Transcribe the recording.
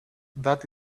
that